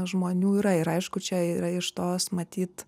žmonių yra ir aišku čia yra iš tos matyt